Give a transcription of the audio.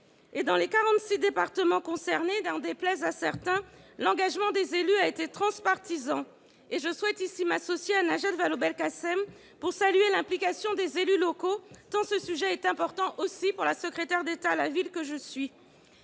Dans les 46 départements concernés- n'en déplaise à certains !-, l'engagement des élus a été transpartisan. Et je souhaite ici m'associer à Mme Najat Vallaud-Belkacem pour saluer l'implication des élus locaux, tant ce sujet est également important pour la secrétaire d'État chargée de la ville que je suis.